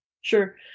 Sure